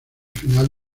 final